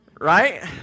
right